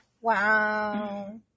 wow